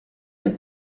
mit